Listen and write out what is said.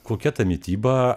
kokia ta mityba